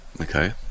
okay